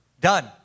Done